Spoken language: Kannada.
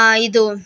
ಇದು